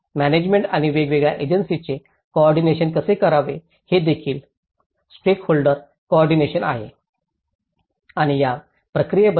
management आणि वेगवेगळ्या एजन्सींचे कोऑर्डिनेशन कसे करावे हेदेखील स्टेकहोल्डर्सांचे कोऑर्डिनेशन आहे